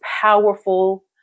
powerful